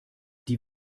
die